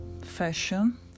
fashion